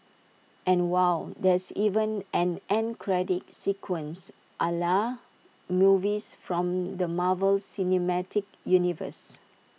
and wow there's even an end credit sequence A la movies from the Marvel cinematic universe